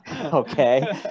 Okay